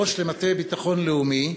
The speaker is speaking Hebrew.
ראש מטה ביטחון לאומי?